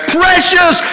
precious